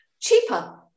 Cheaper